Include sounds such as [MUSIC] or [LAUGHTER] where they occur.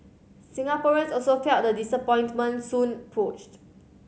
Singaporeans also felt the disappointment Soon [UNINTELLIGIBLE]